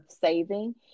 saving